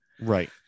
Right